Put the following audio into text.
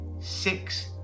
six